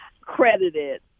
credited